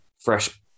fresh